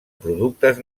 productes